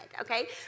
okay